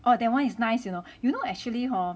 !wah! that one is nice you know you know actually hor